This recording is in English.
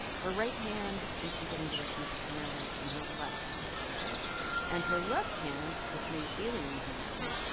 her right hand seemed to be getting directions primarily from her left hemisphere and her left hand, this new alien hand,